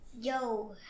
Yo